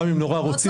גם אם נורא רוצים,